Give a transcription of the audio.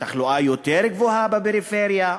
והתחלואה יותר גבוהה בפריפריה.